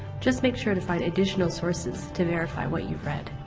just make sure to find additional sources to verify what you've read.